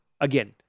again